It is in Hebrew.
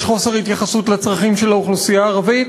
יש חוסר התייחסות לצרכים של האוכלוסייה הערבית?